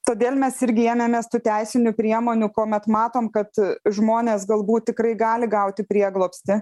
todėl mes irgi ėmėmės tų teisinių priemonių kuomet matom kad žmonės galbūt gali gauti prieglobstį